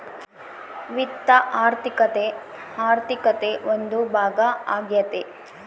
ವಿತ್ತ ಆರ್ಥಿಕತೆ ಆರ್ಥಿಕತೆ ಒಂದು ಭಾಗ ಆಗ್ಯತೆ